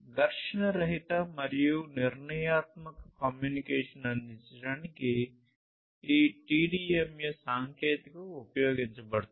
ఘర్షణ రహిత మరియు నిర్ణయాత్మక కమ్యూనికేషన్ను అందించడానికి ఈ TDMA సాంకేతికత ఉపయోగించబడుతుంది